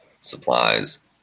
supplies